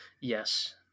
Yes